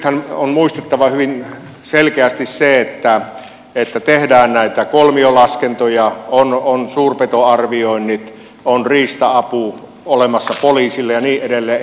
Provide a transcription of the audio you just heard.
nythän on muistettava hyvin selkeästi se että tehdään näitä kolmiolaskentoja on suurpetoarvioinnit on riista apu olemassa poliisille ja niin edelleen